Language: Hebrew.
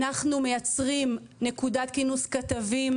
אנחנו מייצרים נקודת כינוס כתבים.